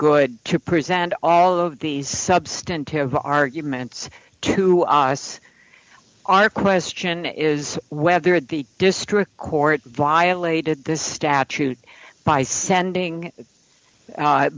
good to present all of these substantive arguments to us our question is whether the district court violated this statute by sending